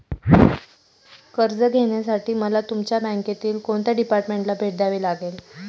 कर्ज घेण्यासाठी मला तुमच्या बँकेतील कोणत्या डिपार्टमेंटला भेट द्यावी लागेल?